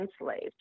enslaved